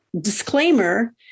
disclaimer